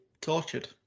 tortured